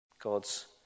God's